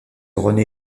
rené